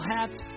hats